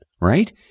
right